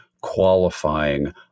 qualifying